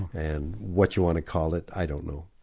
and what you want to call it, i don't know,